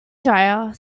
dryer